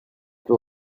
peut